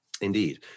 Indeed